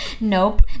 nope